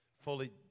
fully